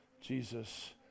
Jesus